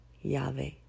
Yahweh